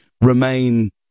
remain